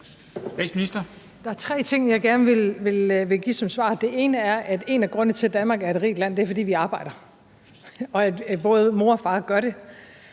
Der er tre ting, jeg gerne vil give som svar. Den ene er, at en af grundene til, at Danmark er et rigt land, er, at vi arbejder, og at både mor og far gør det,